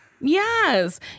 Yes